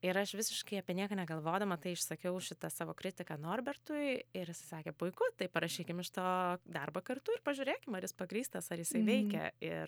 ir aš visiškai apie nieką negalvodama tai išsakiau šitą savo kritiką norbertui ir jisai sakė puiku tai parašykim iš to darbą kartu ir pažiūrėkim ar jis pagrįstas ar jisai veikia ir